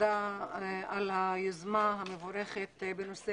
תודה על היוזמה המבורכת בנושא